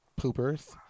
poopers